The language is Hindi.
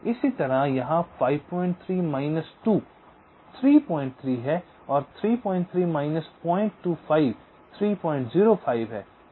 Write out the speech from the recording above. इसी तरह यहां 53 माइनस 2 33 है और 33 माइनस 025 305 है